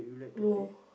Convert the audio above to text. no